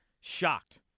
shocked